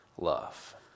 love